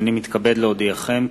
הנני מתכבד להודיעכם,